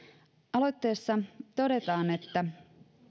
aloitteessa todetaan että